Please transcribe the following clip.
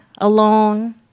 alone